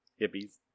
Hippies